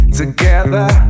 together